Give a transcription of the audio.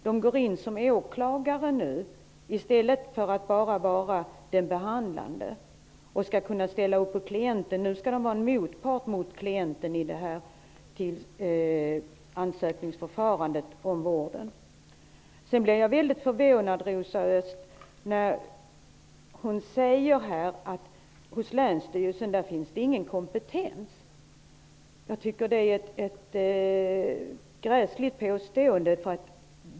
De går nu in såsom åklagare i stället för att bara vara behandlande och ställa upp för klienten. Nu skall de vara en motpart till klienterna i ansökningsförfarandet. Jag blev väldigt förvånad, när Rosa Östh påstod att det inte finns någon kompetens hos länsstyrelserna. Det är ett gräsligt påstående.